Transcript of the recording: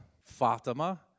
Fatima